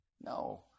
no